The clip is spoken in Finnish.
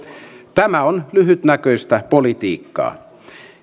tämä on lyhytnäköistä politiikkaa